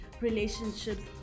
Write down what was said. relationships